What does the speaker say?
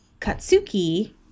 Katsuki